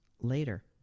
later